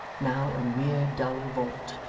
now a mere dull vault,